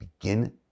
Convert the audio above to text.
begin